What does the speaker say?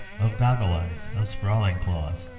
of goggle eyes, of sprawling claws,